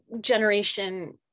generation